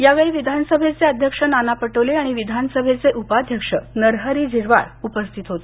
यावेळी विधानसभेचे अध्यक्ष नाना पटोले आणि विधानसभेचे उपाध्यक्ष नरहरी झिरवाळ उपस्थित होते